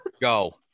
Go